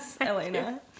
Elena